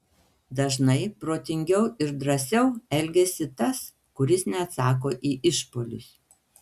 dažnai protingiau ir drąsiau elgiasi tas kuris neatsako į išpuolius